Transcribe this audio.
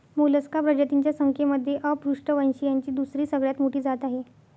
Mollusca प्रजातींच्या संख्येमध्ये अपृष्ठवंशीयांची दुसरी सगळ्यात मोठी जात आहे